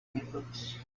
methods